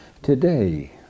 Today